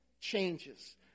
changes